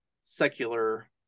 secular